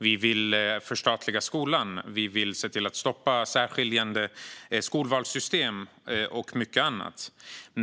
Vi vill förstatliga skolan, vi vill se till att stoppa särskiljande skolvalssystem och mycket annat.